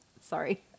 Sorry